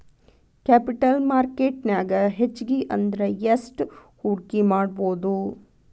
Capital market ನ್ಯಾಗ್ ಹೆಚ್ಗಿ ಅಂದ್ರ ಯೆಸ್ಟ್ ಹೂಡ್ಕಿಮಾಡ್ಬೊದು?